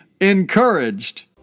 encouraged